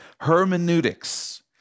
hermeneutics